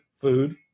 food